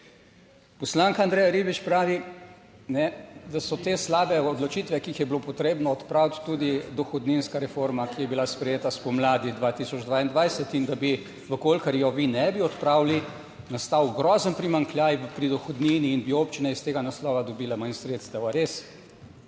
Poslanka Andreja Ribič pravi, da so te slabe odločitve, ki jih je bilo potrebno odpraviti, tudi dohodninska reforma, ki je bila sprejeta spomladi 2022, in da bi v kolikor jo vi ne bi odpravili nastal grozen primanjkljaj pri dohodnini in bi občine iz tega naslova dobile manj sredstev. A